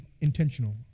intentional